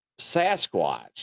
Sasquatch